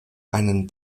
einen